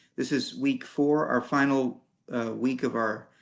this is week four, our final week of our